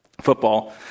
Football